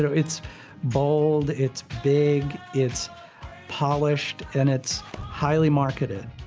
so it's bold, it's big, it's polished, and it's highly marketed.